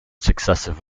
successive